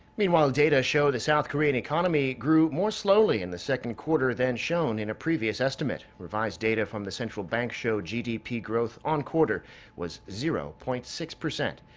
i mean data show the south korean economy grew more slowly in the second quarter than shown in a previous estimate. revised data from the central bank show gdp growth on-quarter was zero point six percent.